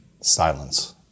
silence